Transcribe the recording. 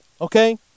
okay